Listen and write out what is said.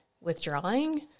withdrawing